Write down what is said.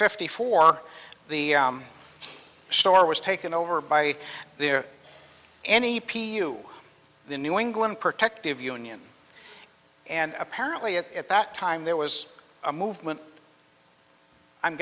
fifty four the store was taken over by there any p u the new england protective union and apparently it at that time there was a movement i'm